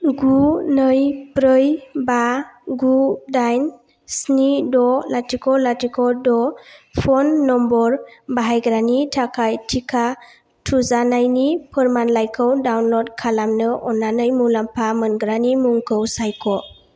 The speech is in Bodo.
गु नै ब्रै बा गु दाइन स्नि द' लाथिख' लाथिख' द' फन नम्बर बाहायग्रानि थाखाय टिका थुजानायनि फोरमानलाइखौ डाउनल'ड खालामनो अन्नानै मुलाम्फा मोनग्रानि मुंखौ सायख'